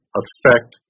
affect